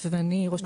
<< יור